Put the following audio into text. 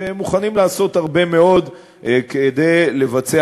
שמוכנים לעשות הרבה מאוד כדי לבצע